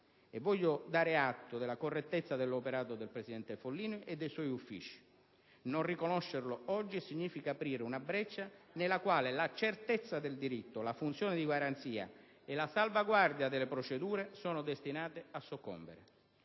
Voglio dare atto della correttezza dell'operato del presidente Follini e dei suoi Uffici; non riconoscerlo oggi significa aprire una breccia nella quale la certezza del diritto, la funzione di garanzia e la salvaguardia delle procedure sono destinate a soccombere.